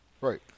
Right